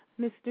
Mr